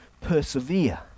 persevere